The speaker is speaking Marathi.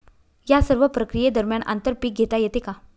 या सर्व प्रक्रिये दरम्यान आंतर पीक घेता येते का?